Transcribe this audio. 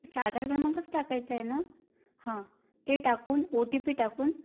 अच्छा आधार क्रमांकच टाकायचा आहे ना हां ते टाकून ओ टी पी टाकून